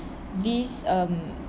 these um